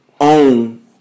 own